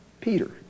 Peter